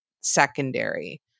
secondary